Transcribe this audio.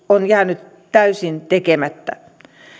on jäänyt täysin tekemättä